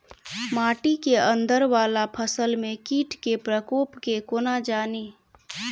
माटि केँ अंदर वला फसल मे कीट केँ प्रकोप केँ कोना जानि?